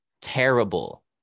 terrible